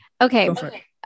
okay